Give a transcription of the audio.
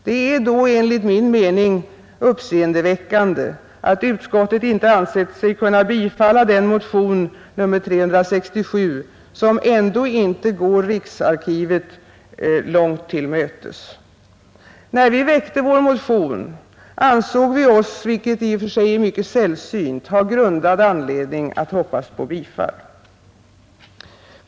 Det är då enligt min mening uppseendeväckande att utskottet inte ansett sig kunna tillstyrka denna motion, nr 367, som ändå inte går riksarkivet långt till mötes. När vi väckte vår motion, ansåg vi oss — vilket i och för sig är sällsynt — ha grundad anledning att hoppas på bifall.